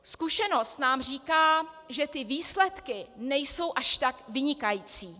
Zkušenost nám říká, že ty výsledky nejsou až tak vynikající.